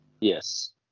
Yes